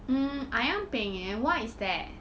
mm ayam penyet what is that